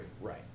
Right